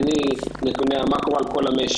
אין לי נתוני מקרו על כל המשק.